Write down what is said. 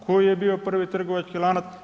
Koji je bio prvi trgovački lanac?